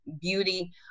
beauty